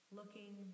looking